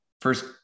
First